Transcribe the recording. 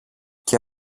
και